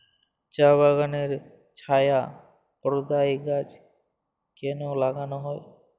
চা বাগানে ছায়া প্রদায়ী গাছ কেন লাগানো হয়?